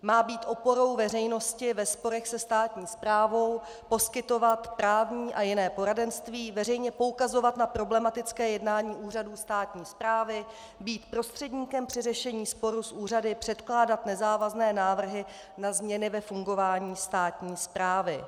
Má být oporou veřejnosti ve sporech se státní správou, poskytovat právní a jiné poradenství, veřejně poukazovat na problematické jednání úřadů státní správy, být prostředníkem při řešení sporů s úřady, předkládat nezávazné návrhy na změny ve fungování státní správy.